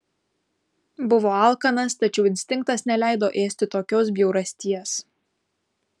buvo alkanas tačiau instinktas neleido ėsti tokios bjaurasties